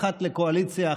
אחת לקואליציה,